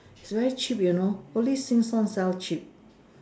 it's very cheap you know only Sheng-Siong sell cheap